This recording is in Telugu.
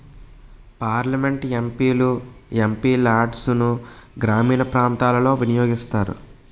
పార్లమెంట్ ఎం.పి లు ఎం.పి లాడ్సును గ్రామీణ ప్రాంతాలలో వినియోగిస్తారు